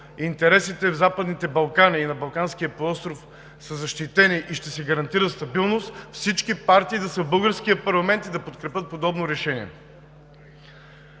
интересите в Западните Балкани и на Балканския полуостров са защитени, и ще се гарантира стабилност, всички партии да са в българския парламент и да подкрепят подобно решение.